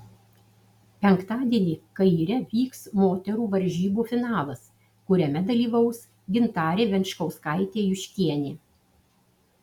penktadienį kaire vyks moterų varžybų finalas kuriame dalyvaus gintarė venčkauskaitė juškienė